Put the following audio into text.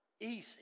easy